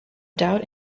doubt